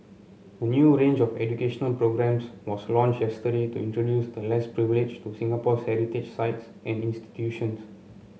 a new range of educational programmes was launched yesterday to introduce the less privileged to Singapore sites and institutions